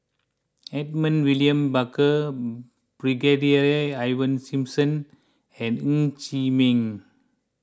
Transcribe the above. Edmund William Barker Brigadier Ivan Simson and Ng Chee Meng